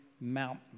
mountain